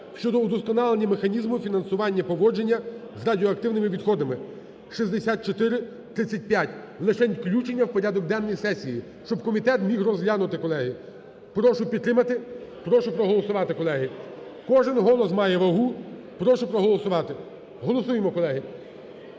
щодо удосконалення механізму фінансування поводження з радіоактивними відходами (6435), лишень включення в порядок денний сесії, щоб комітет міг розглянути, колеги. Прошу підтримати, прошу проголосувати, колеги. Кожен голос має вагу, прошу проголосувати. Голосуємо, колеги.